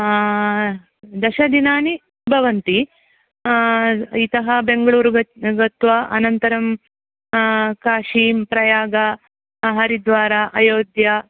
दशदिनानि भवन्ति इतः बेङ्गलूरु गत्वा अनन्तरं काशीं प्रयागः हरिद्वारः अयोध्या